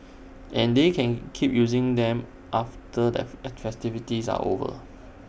and they can keep using them after the attractives are over